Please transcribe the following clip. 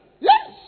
Yes